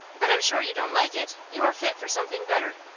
but i'm sure you don't like it. you are fit for something better.